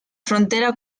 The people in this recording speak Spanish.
frontera